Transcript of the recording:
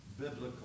biblical